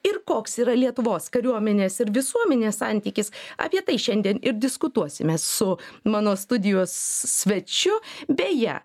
ir koks yra lietuvos kariuomenės ir visuomenės santykis apie tai šiandien ir diskutuosime su mano studijos svečiu beje